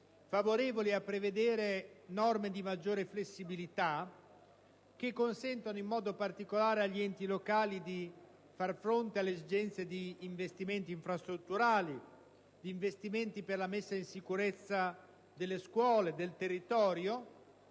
favorevoli a prevedere norme di maggiore flessibilità, che consentano in modo particolare agli enti locali di far fronte alle esigenze di investimenti infrastrutturali, per la messa in sicurezza delle scuole e del territorio,